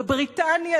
בבריטניה,